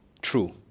true